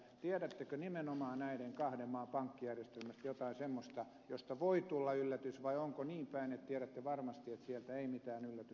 tiedättekö nimenomaan näiden kahden maan pankkijärjestelmästä jotain semmoista josta voi tulla yllätys vai onko niin päin että tiedätte varmasti että sieltä ei mitään yllätystä ole tulossa